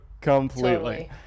completely